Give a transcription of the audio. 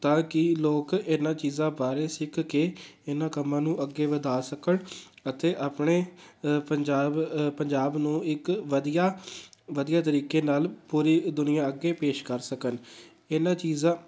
ਤਾਂ ਕਿ ਲੋਕ ਇਹਨਾਂ ਚੀਜ਼ਾਂ ਬਾਰੇ ਸਿੱਖ ਕੇ ਇਹਨਾਂ ਕੰਮਾਂ ਨੂੰ ਅੱਗੇ ਵਧਾ ਸਕਣ ਅਤੇ ਆਪਣੇ ਪੰਜਾਬ ਪੰਜਾਬ ਨੂੰ ਇੱਕ ਵਧੀਆ ਵਧੀਆ ਤਰੀਕੇ ਨਾਲ਼ ਪੂਰੀ ਦੁਨੀਆ ਅੱਗੇ ਪੇਸ਼ ਕਰ ਸਕਣ ਇਹਨਾਂ ਚੀਜ਼ਾਂ